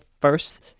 first